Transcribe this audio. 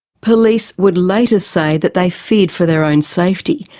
police would later say that they feared for their own safety.